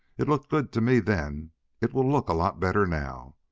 it looked good to me then it will look a lot better now,